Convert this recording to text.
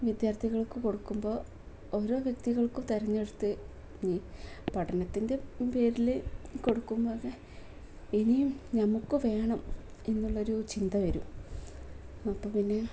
വിദ്യാർത്ഥികൾക്ക് കൊടുക്കുമ്പോൾ ഓരോ വ്യക്തികൾക്കും തിരഞ്ഞെടുത്ത് പഠനത്തിൻ്റെ പേരിൽ കൊടുക്കുമ്പോൾ പറഞ്ഞാൽ ഇനിയും നമുക്കു വേണം എന്നുള്ളൊരു ചിന്ത വരും അപ്പം പിന്നെ